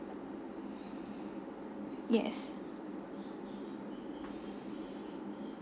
yes